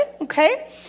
okay